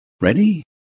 Ready